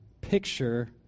picture